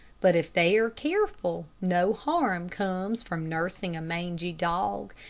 but if they are careful, no harm comes from nursing a mangy dog,